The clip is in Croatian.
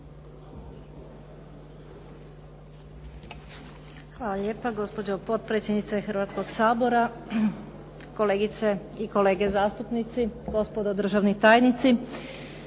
Hvala lijepo gospođo potpredsjednice Hrvatskog sabora, kolegice i kolege zastupnici, gospodo državni tajnici.